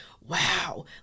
wow